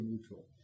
neutral